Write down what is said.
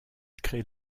crée